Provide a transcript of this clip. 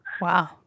Wow